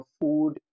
food